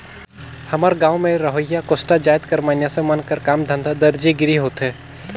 हमर गाँव गंवई में रहोइया कोस्टा जाएत कर मइनसे मन कर काम धंधा दरजी गिरी होथे